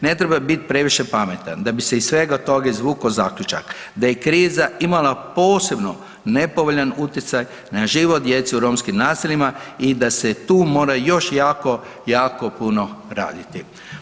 Ne treba biti previše pametan da bi se iz svega toga izvukao zaključak da je kriza imala posebno nepovoljan utjecaj na život djece u romskim naseljima i da se tu mora još jako, jako puno raditi.